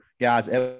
Guys